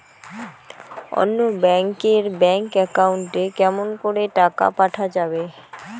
অন্য ব্যাংক এর bank account এ কেমন করে টাকা পাঠা যাবে?